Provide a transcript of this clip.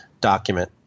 document